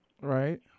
Right